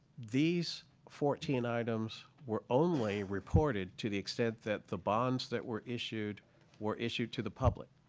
these fourteen items were only reported to the extent that the bonds that were issued were issued to the public.